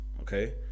okay